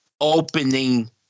opening